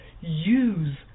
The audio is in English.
Use